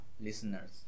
listeners